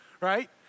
right